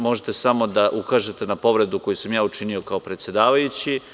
Možete samo da ukažete na povredu koju sam ja učinio, kao predsedavajući.